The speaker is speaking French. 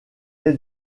est